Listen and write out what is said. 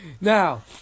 Now